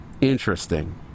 Interesting